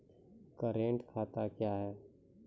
Current खाता क्या हैं?